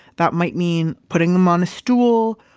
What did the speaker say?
that might mean putting them on a stool,